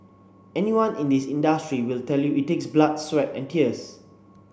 anyone in this industry will tell you it takes blood sweat and tears